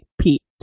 Pete